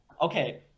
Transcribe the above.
Okay